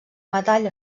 metall